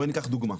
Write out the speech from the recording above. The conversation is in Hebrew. בואי ניקח דוגמא,